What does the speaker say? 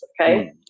okay